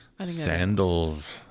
Sandals